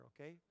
okay